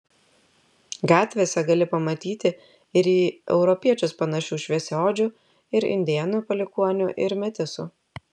gatvėse gali pamatyti ir į europiečius panašių šviesiaodžių ir indėnų palikuonių ir metisų